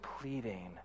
pleading